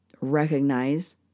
recognize